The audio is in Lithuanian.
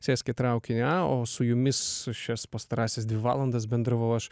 sėsk į traukinį a o su jumis šias pastarąsias dvi valandas bendravau aš